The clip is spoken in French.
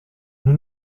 nous